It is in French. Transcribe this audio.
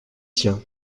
siens